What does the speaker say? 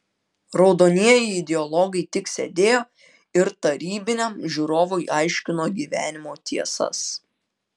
raudonieji ideologai tik sėdėjo ir tarybiniam žiūrovui aiškino gyvenimo tiesas